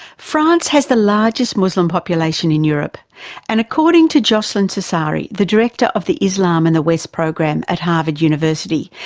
france has had the largest muslim population in europe and, according to jocelyne cesari, the director of the islam and the west program at harvard university,